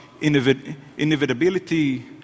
inevitability